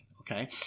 okay